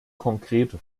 konkrete